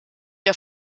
der